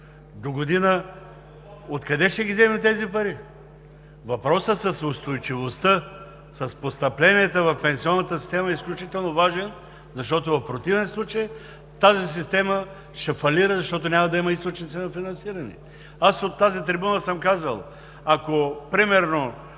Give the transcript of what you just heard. догодина откъде ще ги вземем тези пари? Въпросът с устойчивостта, с постъпленията в пенсионната система е изключително важен, защото в противен случай тази система ще фалира, защото няма да има източници на финансиране. От тази трибуна съм казвал: ако примерно